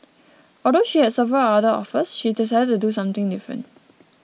although she has several other offers she decided to do something different